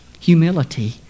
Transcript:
Humility